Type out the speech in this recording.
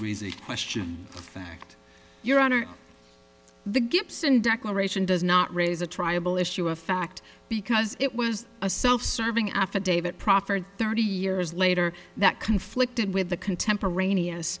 reason question fact your honor the gibson declaration does not raise a triable issue of fact because it was a self serving affidavit proffered thirty years later that conflicted with the contemporaneous